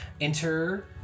enter